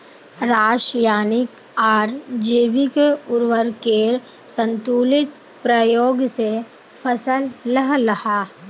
राशयानिक आर जैविक उर्वरकेर संतुलित प्रयोग से फसल लहलहा